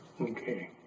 Okay